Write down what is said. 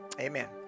Amen